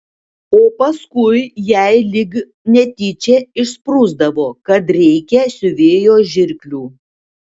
o paskui jai lyg netyčia išsprūsdavo kad reikia siuvėjo žirklių